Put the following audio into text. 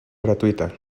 gratuita